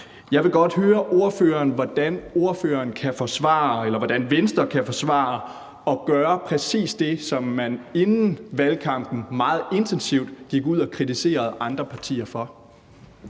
Jeg vil godt høre ordføreren, hvordan Venstre kan forsvare at gøre præcis det, som man inden valgkampen meget intensivt gik ud og kritiserede andre partier for.